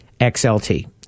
XLT